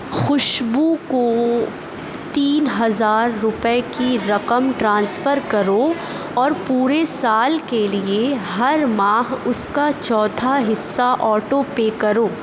خوشبو کو تین ہزار روپئے کی رقم ٹرانسفر کرو اور پورے سال کے لیے ہر ماہ اس کا چوتھا حصہ آٹو پے کرو